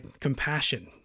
compassion